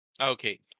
Okay